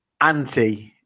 anti-